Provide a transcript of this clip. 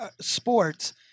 sports